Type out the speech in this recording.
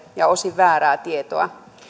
ja osin väärää tietoa